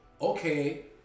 okay